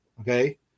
okay